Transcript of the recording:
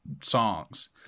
songs